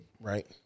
Right